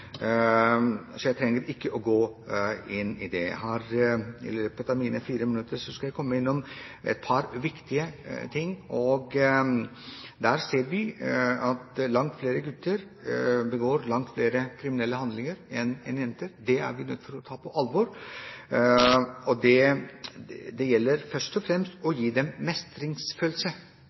så jeg trenger ikke gå inn på det. Jeg skal i løpet av mine resterende 4 minutter komme inn på et par viktige ting. Vi ser at gutter begår langt flere kriminelle handlinger enn jenter. Det er vi nødt til å ta på alvor. Det gjelder først og fremst å gi dem tidlig mestringsfølelse